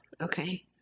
okay